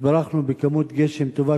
התברכנו בכמות גשם טובה,